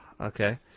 Okay